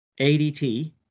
ADT